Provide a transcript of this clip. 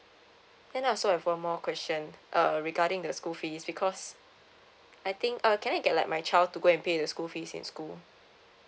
and then also I have one more question uh regarding the school fees because I think uh can I get like my child to go and pay the school fees in school